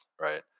right